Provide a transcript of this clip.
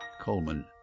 Coleman